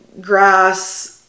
grass